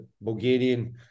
Bulgarian